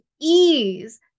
ease